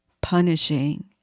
punishing